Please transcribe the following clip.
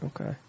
Okay